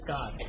God